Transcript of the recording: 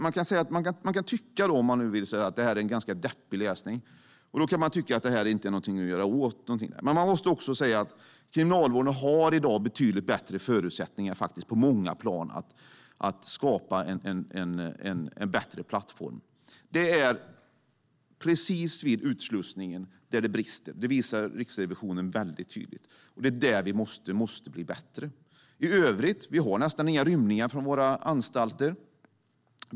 Man kan tycka, om man vill, att detta är ganska deppig läsning och att det här inte är någonting att göra åt. Men det måste också sägas att Kriminalvården i dag har betydligt bättre förutsättningar på många plan att skapa en bättre plattform. Det är precis vid utslussningen som det brister; det visar Riksrevisionen väldigt tydligt. Det är där vi måste bli bättre. I övrigt har vi nästan inga rymningar från våra anstalter.